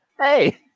Hey